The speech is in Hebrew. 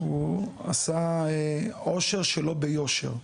הוא עשה עושר שלא ביושר.